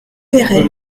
péray